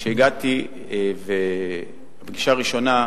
כשהגעתי לפגישה הראשונה,